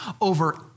over